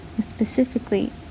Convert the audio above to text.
specifically